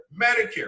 Medicare